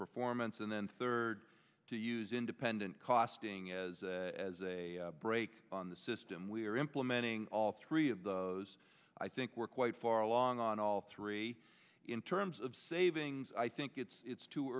performance and then third to use independent costing is as a brake on the system we're implementing all three of those i think we're quite far along on all three in terms of savings i think it's it's too